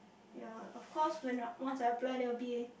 ya of course when I once I apply an L_P_A